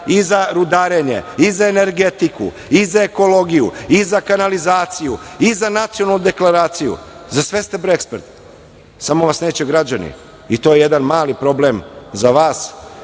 i za rudarenje, i za energetiku, i za ekologiju, i za kanalizaciju, i za nacionalnu deklaraciju. Za sve se ekspert, samo vas neće građani i to je jedan mali problem za vas,